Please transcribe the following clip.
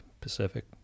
Pacific